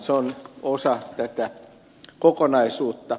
se on osa tätä kokonaisuutta